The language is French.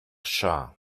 chat